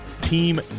team